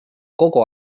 kogu